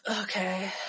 Okay